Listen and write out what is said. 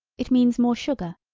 it means more sugar,